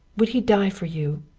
would he die for you?